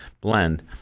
blend